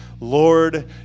Lord